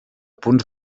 punts